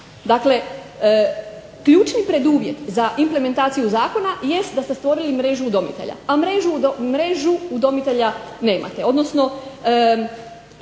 Dakle, ključni preduvjet za implementaciju zakona jest da ste stvorili mrežu udomitelja, a mrežu udomitelja nemate, odnosno